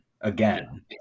again